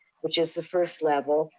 which is the first level.